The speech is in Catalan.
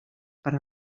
per